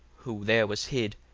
who there was hid,